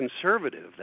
conservative